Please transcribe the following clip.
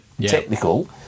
technical